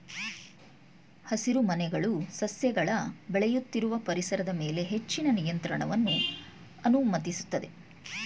ಹಸಿರುಮನೆಗಳು ಸಸ್ಯಗಳ ಬೆಳೆಯುತ್ತಿರುವ ಪರಿಸರದ ಮೇಲೆ ಹೆಚ್ಚಿನ ನಿಯಂತ್ರಣವನ್ನು ಅನುಮತಿಸ್ತದೆ